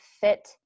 fit